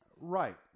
Right